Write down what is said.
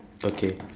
okay